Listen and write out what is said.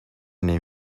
name